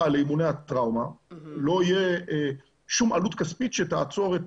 לאימוני הטראומה לא תהיה שום עלות כספית שתעצור את